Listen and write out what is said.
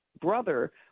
brother